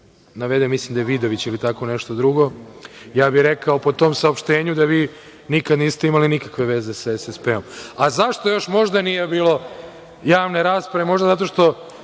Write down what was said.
navedem, mislim da je Vidović, ili tako nešto. Rekao bih po tom saopštenju da vi nikad niste imali nikakve veze sa SSP-om. Zašto još možda nije bilo javne rasprave, zato što